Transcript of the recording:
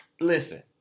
listen